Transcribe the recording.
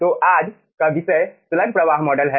तो आज का विषय स्लग प्रवाह मॉडल है